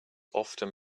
often